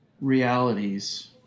realities